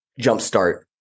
jumpstart